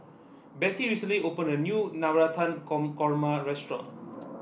Besse recently opened a new Navratan Con Korma Restaurant